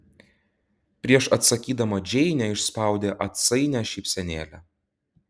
prieš atsakydama džeinė išspaudė atsainią šypsenėlę